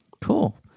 Cool